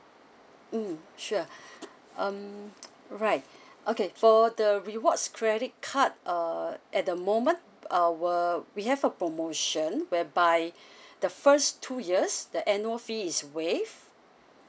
mm sure um right okay for the rewards credit card uh at the moment our we have a promotion whereby the first two years the annual fee is waived